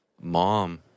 mom